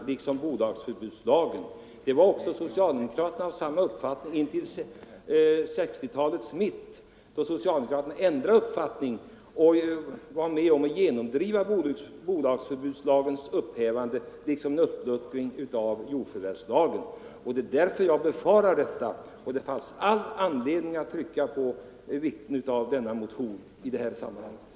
Fram till 1960-talets mitt hade socialdemokraterna där samma uppfattning som centern, men då ändrade socialdemokraterna uppfattning och var med om att genomdriva bolagsförbudslagens upphävande och en uppluckring av jordförvärvslagen. Det finns därför all anledning att framhålla vikten — Nr 120 av vår motion i detta sammanhang. Onsdagen den å 13 november 1974